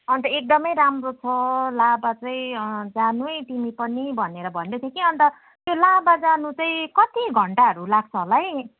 अन्त एकदमै राम्रो छ लाभा चाहिँ जानु है तिमी पनि भनेर भन्दै थियो कि अन्त त्यो लाभा जानु चाहिँ कति घन्टाहरू लाग्छ होला है